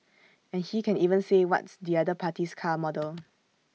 and he can even say what's the other party's car model